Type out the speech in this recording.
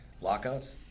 Lockouts